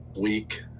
week